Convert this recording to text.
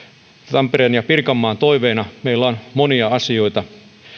tampereen ja pirkanmaan toiveena meillä on monia asioita